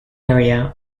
area